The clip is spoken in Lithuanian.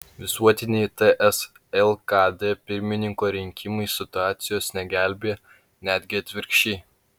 visuotiniai ts lkd pirmininko rinkimai situacijos negelbėja netgi atvirkščiai